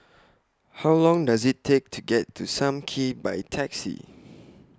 How Long Does IT Take to get to SAM Kee By Taxi